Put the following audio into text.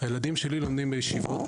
הילדים שלי לומדים בישיבות,